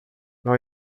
não